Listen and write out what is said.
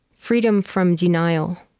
freedom from denial.